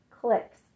clicks